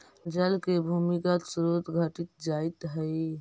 जल के भूमिगत स्रोत घटित जाइत हई